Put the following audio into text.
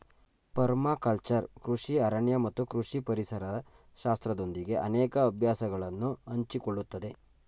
permaculture ಕೃಷಿ ಅರಣ್ಯ ಮತ್ತು ಕೃಷಿ ಪರಿಸರ ಶಾಸ್ತ್ರದೊಂದಿಗೆ ಅನೇಕ ಅಭ್ಯಾಸಗಳನ್ನು ಹಂಚಿಕೊಳ್ಳುತ್ತದೆ